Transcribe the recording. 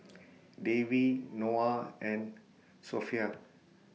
Dewi Noah and Sofea